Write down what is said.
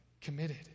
committed